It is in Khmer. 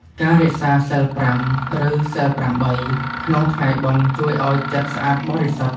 ការរក្សាសីលប្រាំ ឬសីលប្រាំបីក្នុងថ្ងៃបុណ្យ ជួយឱ្យចិត្តស្អាតបរិសុទ្ធ។